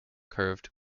curved